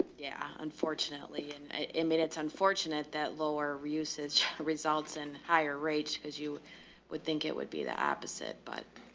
yeah. unfortunately. and ah i mean it's unfortunate that lower usage results in higher rates because you would think it would be the opposite. but